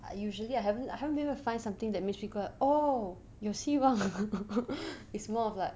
I usually I haven't I haven't been able to find something that makes me go like oh 有希望 it's more of like